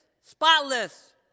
spotless